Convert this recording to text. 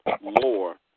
more